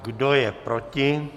Kdo je proti?